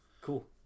cool